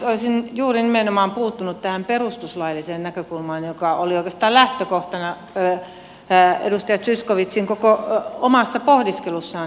olisin juuri nimenomaan puuttunut tähän perustuslailliseen näkökulmaan joka oli oikeastaan lähtökohtana edustaja zyskowiczin koko omassa pohdiskelussa